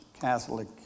Catholic